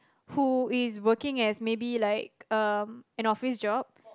who is working as maybe like um an office job